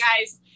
guys